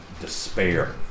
despair